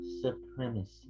supremacy